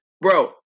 bro